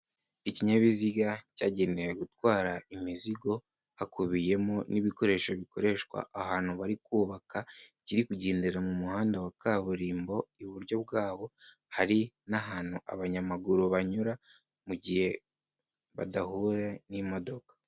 Ikinyabiziga cyagenewe gutwara imizigo hakubiyemo n'ibikoresho bikoreshwa ahantu bari kubaka, kiri kugendera mu muhanda wa kaburimbo, iburyo bwabo hari n'ahantu abanyamaguru banyura mu gihe badahuye n'imodoka.